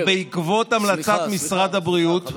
אך בעקבות המלצת משרד הבריאות,